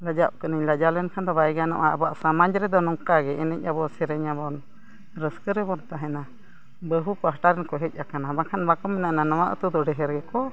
ᱞᱟᱡᱟᱜ ᱠᱟᱱᱟᱹᱧ ᱞᱟᱡᱟᱣ ᱞᱮᱱᱠᱷᱟᱱ ᱫᱚ ᱵᱟᱭ ᱜᱟᱱᱚᱜᱼᱟ ᱟᱵᱚᱣᱟᱜ ᱥᱟᱢᱟᱡᱽ ᱨᱮᱫᱚ ᱱᱚᱝᱠᱟ ᱜᱮ ᱮᱱᱮᱡ ᱟᱱᱵᱚᱱ ᱥᱮᱨᱮᱧ ᱟᱵᱚᱱ ᱨᱟᱹᱥᱠᱟ ᱨᱮᱵᱚᱱ ᱛᱟᱦᱮᱱᱟ ᱵᱟᱹᱦᱩ ᱯᱟᱦᱴᱟ ᱨᱮᱱ ᱠᱚ ᱦᱮᱡ ᱟᱠᱟᱱᱟ ᱵᱟᱝᱠᱷᱟᱱ ᱵᱟᱠᱚ ᱢᱮᱱᱟ ᱮᱱᱟ ᱱᱚᱣᱟ ᱟᱛᱳ ᱫᱚ ᱰᱷᱮᱹᱨ ᱜᱮᱠᱚ